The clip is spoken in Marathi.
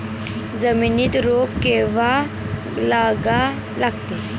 जमिनीत रोप कवा लागा लागते?